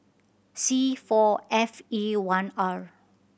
C four F E one R